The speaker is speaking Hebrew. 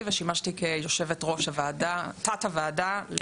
ושימשתי כיושבת-ראש תת הוועדה למדעים מדויקים.